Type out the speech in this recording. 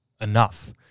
enough